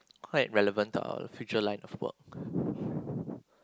quite relevant to our future line of work